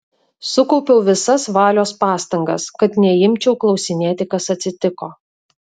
sukaupiau visas valios pastangas kad neimčiau klausinėti kas atsitiko